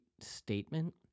statement